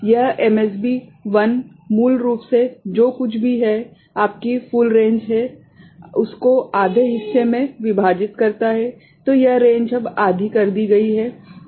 तो यह MSB 1 मूल रूप से जो कुछ भी है आपकी फुल रेंज है उसको आधे हिस्से में विभाजित करता है तो यह रेंज अब आधी कर दी गई है